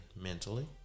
mentally